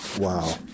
Wow